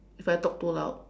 if I talk too loud